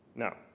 Now